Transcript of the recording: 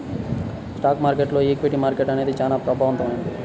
stock మార్కెట్టులో equity market అనేది చానా ప్రభావవంతమైంది